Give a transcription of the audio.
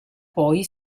poi